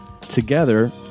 together